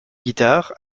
guitare